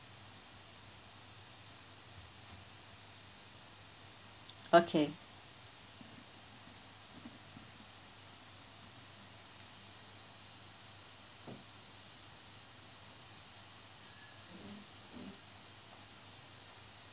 okay